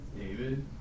David